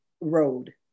road